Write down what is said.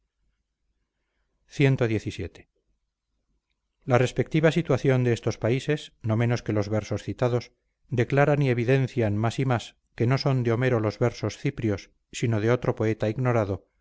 cxvii la respectiva situación de estos países no menos que los versos citados declaran y evidencian más y más que no son de homero los versos ciprios si no de otro poeta ignorado